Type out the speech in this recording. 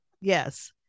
yes